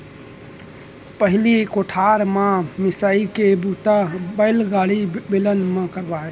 पहिली कोठार म मिंसाई के बूता बइलागाड़ी, बेलन म करयँ